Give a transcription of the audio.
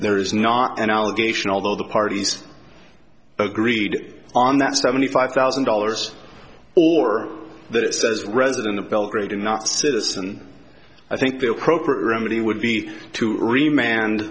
there is not an allegation although the parties agreed on that seventy five thousand dollars or that says resident of belgrade and not citizen i think the appropriate remedy would be to remain